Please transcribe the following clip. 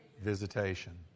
visitation